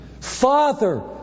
father